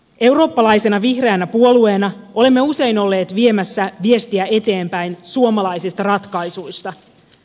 eurooppalaisena vihreänä puolueena olemme usein olleet viemässä viestiä eteenpäin suomalaisista ratkaisuista